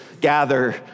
gather